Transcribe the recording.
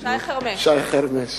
שי חרמש.